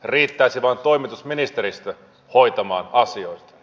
riittäisi vain toimitusministeristö hoitamaan asioita